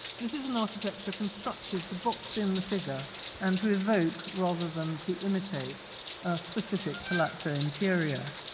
this is an architecture constructed to box in the figure and to evoke rather than to imitate a specific palazzo interior.